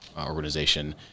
organization